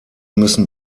müssen